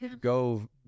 go